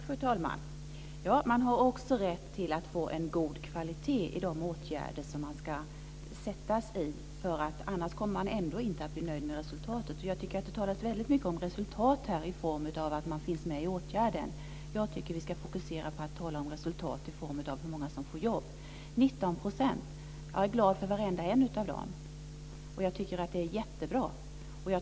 Fru talman! Man har också rätt till en god kvalitet i de åtgärder som man ska sättas i. Annars kommer man ändå inte att bli nöjd med resultatet. Jag tycker att det talas väldigt mycket om resultat här i form av att man finns med i åtgärden. Jag tycker att vi ska fokusera på att tala om resultat i form av hur många som får jobb. Om det är 19 % så är jag glad för varenda en av dem. Jag tycker att det är jättebra.